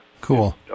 cool